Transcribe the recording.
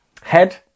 head